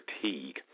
fatigue